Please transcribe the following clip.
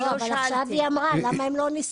לא, עכשיו היא אמרה למה הם לא נספרים.